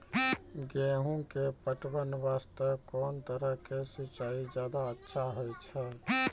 गेहूँ के पटवन वास्ते कोंन तरह के सिंचाई ज्यादा अच्छा होय छै?